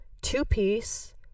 two-piece